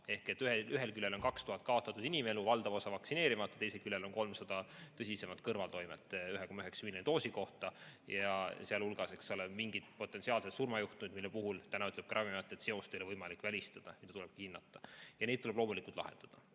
Ehk ühel küljel on 2000 kaotatud inimelu, valdav osa vaktsineerimata, teisel küljel on 300 tõsisemat kõrvaltoimet 1,9 miljoni doosi kohta. Ja seal hulgas, eks ole, mingid potentsiaalsed surmajuhtumid, mille puhul ütleb ka Ravimiamet, et seost ei ole võimalik välistada, mida tulebki hinnata, ja need tuleb loomulikult lahendada.